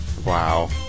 Wow